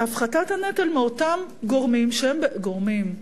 והפחתת הנטל מאותם גורמים שהם, גורמים?